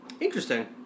Interesting